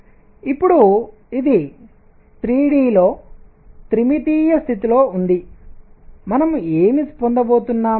ఇప్పుడు ఇది 3 d లో త్రిమితీయ స్థితి లో ఉంది మనం ఏమి పొందబోతున్నాం